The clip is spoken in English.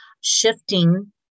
shifting